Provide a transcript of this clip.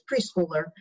preschooler